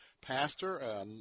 Pastor